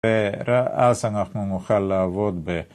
‫ואז אנחנו נוכל לעבוד ב...